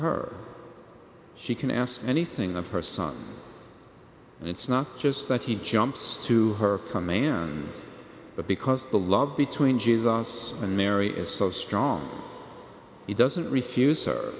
her she can ask anything of her son and it's not just that he jumps to her command but because the love between jesus and mary is so strong it doesn't refuse